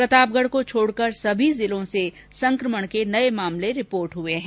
प्रतापगढ को छोड सभी जिलों से संकमण के नये मामले रिपोर्ट हए है